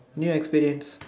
new experience